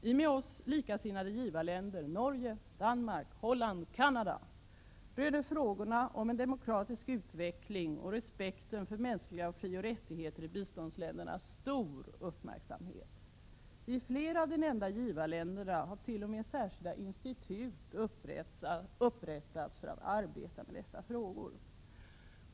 I med oss likasinnade givarländer —- Norge, Danmark, Holland, Canada — röner frågorna om en demokratisk utveckling och respekten för mänskliga frioch rättigheter i biståndsländerna stor uppmärksamhet. I flera av de nämnda givarländerna har t.o.m. särskilda institut upprättats för att arbeta med dessa frågor.